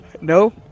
No